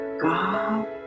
God